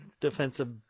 defensive